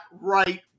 right